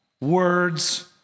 words